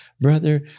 brother